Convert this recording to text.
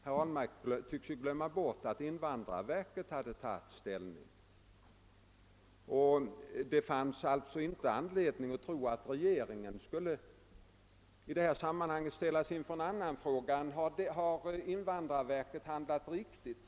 Herr Ahlmark tycks glömma bort att invandrarverket hade tagit ställning och att det alltså inte fanns anledning att tro att regeringen skulle ställas inför en annan fråga än den huruvida invandrarverket handlat riktigt.